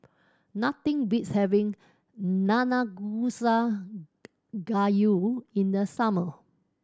nothing beats having Nanakusa Gayu in the summer